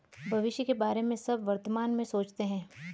भविष्य के बारे में सब वर्तमान में सोचते हैं